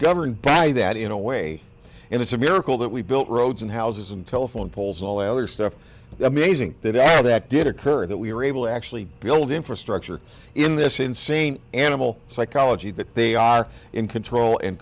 governed by that in a way and it's a miracle that we built roads and houses and telephone poles all the other stuff amazing that that did occur that we were able to actually build infrastructure in this insane animal psychology that they are in control and